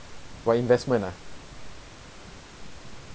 !wah! investment ah